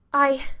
i